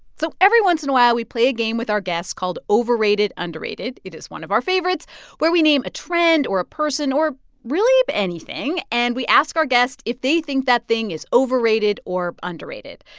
so every once in a while, we play a game with our guests called overrated underrated it is one of our favorites where we name a trend or a person or really anything, and we ask our guests if they think that thing is overrated or underrated.